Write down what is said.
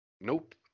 Nope